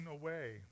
away